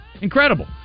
Incredible